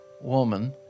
woman